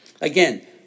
Again